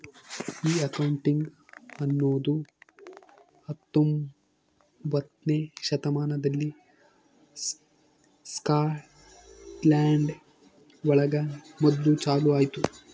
ಈ ಅಕೌಂಟಿಂಗ್ ಅನ್ನೋದು ಹತ್ತೊಂಬೊತ್ನೆ ಶತಮಾನದಲ್ಲಿ ಸ್ಕಾಟ್ಲ್ಯಾಂಡ್ ಒಳಗ ಮೊದ್ಲು ಚಾಲೂ ಆಯ್ತು